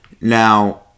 Now